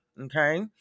Okay